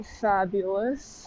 fabulous